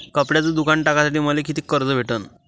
कपड्याचं दुकान टाकासाठी मले कितीक कर्ज भेटन?